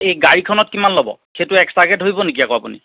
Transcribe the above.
এই গাড়ীখনত কিমান ল'ব সেইটো এক্সট্ৰাকৈ ধৰিব নেকি আকৌ আপুনি